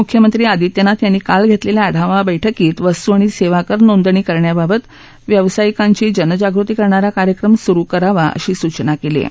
मुख्यमंत्री आदित्यनाथ यांनी काल घेतलेल्या आढावा बैठकीत वस्तू आणि सेवाकर नोंदणी करण्याबाबत व्यावसायिकांची जनजागृती करणारा कार्यक्रम सुरू करावा अशी सूचना केली आहे